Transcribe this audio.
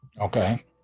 Okay